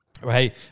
Right